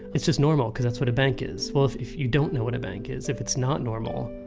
it's just normal because that's what a bank is. well, if if you don't know what a bank is, if it's not normal,